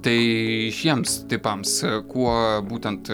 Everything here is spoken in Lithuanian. tai šiems tipams kuo būtent